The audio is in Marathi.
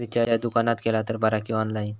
रिचार्ज दुकानात केला तर बरा की ऑनलाइन?